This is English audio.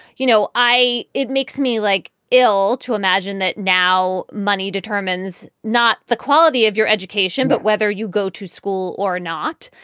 you know, i it makes me, like, ill to imagine that now money determines not the quality of your education, but whether you go to school or not.